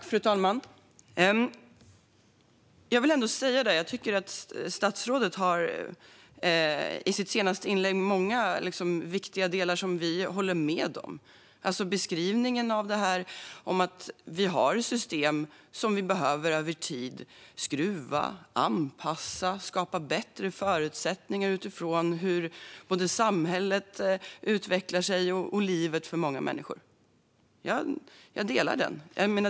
Fru talman! Statsrådet nämner i sitt senaste inlägg många viktiga delar som vi håller med om, till exempel beskrivningen av ett system som över tid behöver skruvas i och anpassas. Vi behöver skapa bättre förutsättningar utifrån hur samhället utvecklas och hur livet ter sig för många människor. Jag delar den bilden.